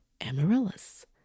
amaryllis